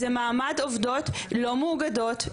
זה מעמד עובדות לא מאוגדות,